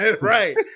right